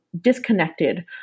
disconnected